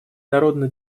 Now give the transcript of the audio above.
народно